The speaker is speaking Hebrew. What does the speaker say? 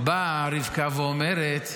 באה רבקה ואומרת: